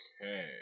Okay